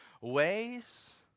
ways